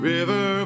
River